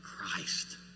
Christ